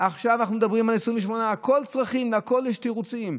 עכשיו אנחנו מדברים על 28. לכול יש צרכים ולכול יש תירוצים.